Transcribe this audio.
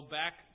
back